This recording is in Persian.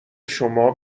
شما